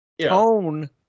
Tone